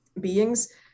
beings